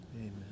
Amen